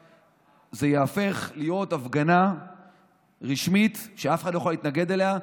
זה ייהפך להיות הפגנה רשמית שאף אחד לא יוכל להתנגד לה,